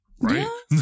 right